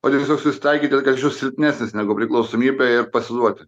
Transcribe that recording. o tiesiog susitaikyti kad silpnesnis negu priklausomybė ir pasiduoti